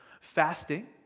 Fasting